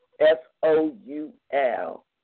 S-O-U-L